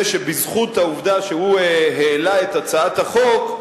שבזכות העובדה שהוא העלה את הצעת החוק,